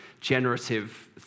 generative